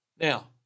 Now